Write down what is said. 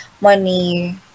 money